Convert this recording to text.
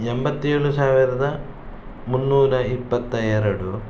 ಎಂಬತ್ತೇಳು ಸಾವಿರದ ಮೂನ್ನೂರ ಇಪ್ಪತ್ತ ಎರಡು